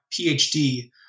PhD